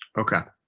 ok.